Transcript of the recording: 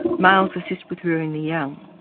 males assist with rearing the young.